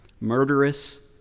murderous